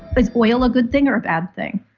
is oil a good thing or a bad thing?